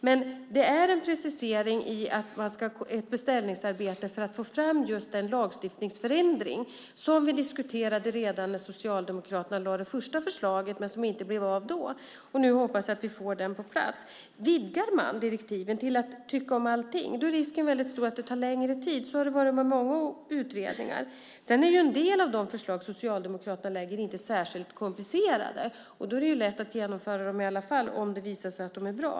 Men det är en precisering i ett beställningsarbete för att man ska få fram just den lagstiftningsförändring som vi diskuterade redan när Socialdemokraterna lade fram det första förslaget men som inte blev av då. Nu hoppas jag att vi får denna lagstiftning på plats. Om man vidgar direktiven till att utredningen ska tycka om allting är risken väldigt stor att den tar längre tid. Så har det varit med många utredningar. En del av Socialdemokraternas förslag är inte särskilt komplicerade. Då är det lätt att genomföra dem i alla fall om det visar sig att de är bra.